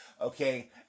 Okay